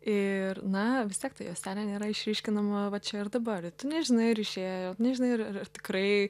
ir na vis tiek ta juostelė nėra išryškinama va čia ir dabar ir tu nežinai ar išėjo nežinai ar ar tikrai